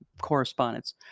correspondence